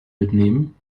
mitnehmen